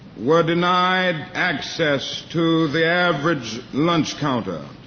were denied access to the average lunch counter.